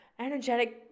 energetic